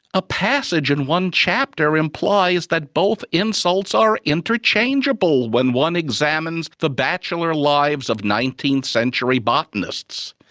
a passage in one chapter implies that both insults are interchangeable when one examines the bachelor lives of nineteenth century botanists.